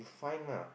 find lah